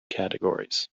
categories